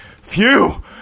Phew